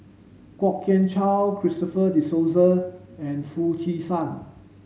Kwok Kian Chow Christopher De Souza and Foo Chee San